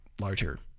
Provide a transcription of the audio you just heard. larger